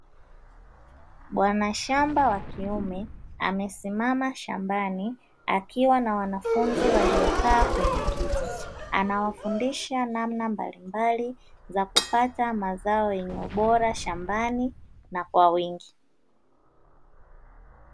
Bwana shamba wa kiume amesimama shambani, akiwa na wanafunzi waliokaa kwenye kiti. Anawafundisha namna mbalimbali za kupata mazao yenye ubora shambani na kwa wingi.